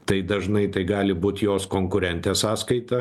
tai dažnai tai gali būt jos konkurentė sąskaita